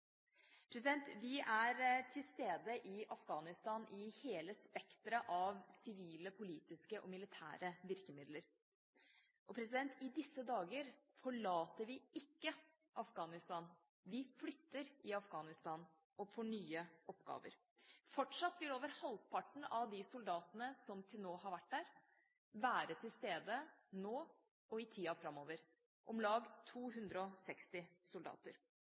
Vi er til stede i Afghanistan med hele spekteret av sivile, politiske og militære virkemidler. I disse dager forlater vi ikke Afghanistan, vi flytter i Afghanistan og får nye oppgaver. Fortsatt vil over halvparten av de soldatene som til nå har vært der, være til stede nå og i tida framover – om lag 260 soldater.